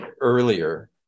earlier